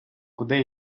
куди